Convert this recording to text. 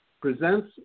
presents